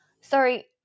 Sorry